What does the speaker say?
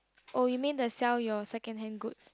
oh you mean the sell your second hand goods